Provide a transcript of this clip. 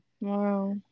wow